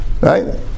Right